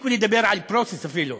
הפסיקו לדבר על process, אפילו.